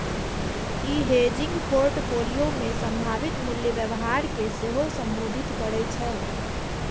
ई hedging portfolio मे संभावित मूल्य व्यवहार कें सेहो संबोधित करै छै